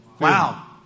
Wow